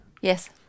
Yes